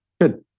Good